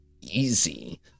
easy